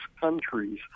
countries